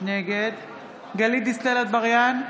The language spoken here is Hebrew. נגד גלית דיסטל אטבריאן,